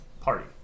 party